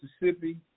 Mississippi